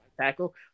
tackle